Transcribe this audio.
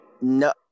No